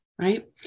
right